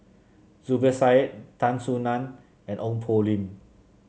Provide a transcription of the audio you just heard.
Zubir Said Tan Soo Nan and Ong Poh Lim